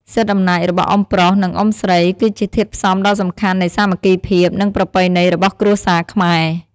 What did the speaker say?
សិទ្ធិអំណាចរបស់អ៊ុំប្រុស និងអ៊ុំស្រី គឺជាធាតុផ្សំដ៏សំខាន់នៃសាមគ្គីភាព និងប្រពៃណីរបស់គ្រួសារខ្មែរ។